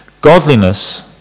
Godliness